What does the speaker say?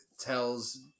tells